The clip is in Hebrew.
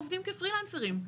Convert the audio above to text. עובדים כפרילנסרים.